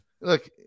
Look